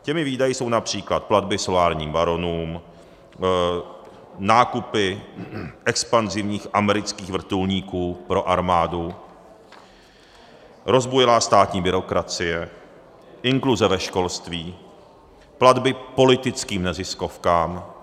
Těmi výdaji jsou např. platby solárním baronům, nákupy expanzivních amerických vrtulníků pro armádu, rozbujelá státní byrokracie, inkluze ve školství, platby politickým neziskovkám.